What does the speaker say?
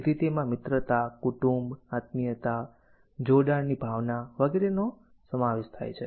જેથી તેમાં મિત્રતા કુટુંબ આત્મીયતા જોડાણની ભાવના વગેરેનો સમાવેશ થાય છે